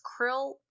krill